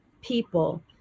people